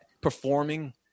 performing